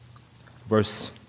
Verse